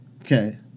Okay